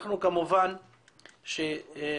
אנחנו כמובן דורשים